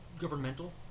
governmental